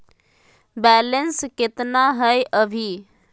Balance केतना हय अभी?